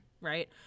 right